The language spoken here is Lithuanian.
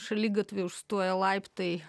šaligatvį užstoja laiptai